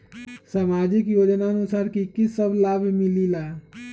समाजिक योजनानुसार कि कि सब लाब मिलीला?